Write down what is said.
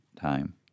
time